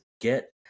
get